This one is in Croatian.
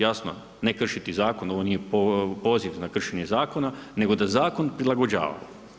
Jasno, ne kršiti zakon, ovo nije poziv na kršenje zakon nego da zakon prilagođavamo.